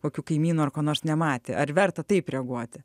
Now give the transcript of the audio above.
kokių kaimynų ar ko nors nematė ar verta taip reaguoti